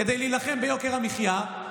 כדי להילחם ביוקר המחיה?